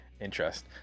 interest